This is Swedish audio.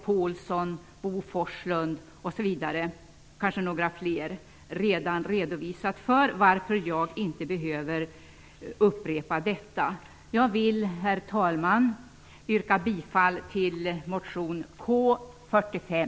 Hans Forslund. Därför behöver jag inte upprepa dem. Jag vill, herr talman, yrka bifall till motion K45.